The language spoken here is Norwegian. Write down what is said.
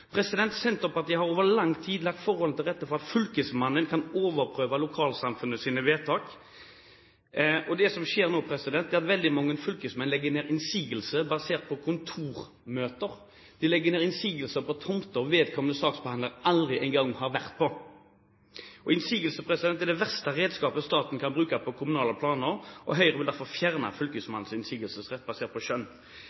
Senterpartiet har over lang tid lagt forholdene til rette for at fylkesmannen kan overprøve lokalsamfunnets vedtak. Det som skjer nå, er at veldig mange fylkesmenn kommer med innsigelser basert på kontormøter. De kommer med innsigelser på tomter vedkommende saksbehandler aldri engang har vært på. Innsigelser er det verste redskapet staten kan bruke på kommunale planer, og Høyre vil derfor fjerne